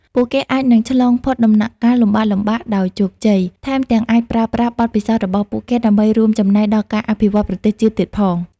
ពួកគេអាចនឹងឆ្លងផុតដំណាក់កាលលំបាកៗដោយជោគជ័យ ថែមទាំងអាចប្រើប្រាស់បទពិសោធន៍របស់ពួកគេដើម្បីរួមចំណែកដល់ការអភិវឌ្ឍប្រទេសជាតិទៀតផង។